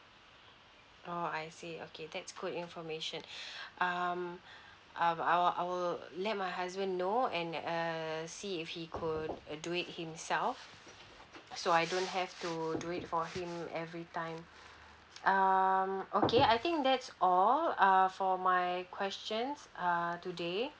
orh I see okay that's good information um I'll I'll I will let my husband know and err see if he could uh do it himself so I don't have to do it for him every time um okay I think that's all err for my questions err today